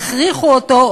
יכריחו אותו,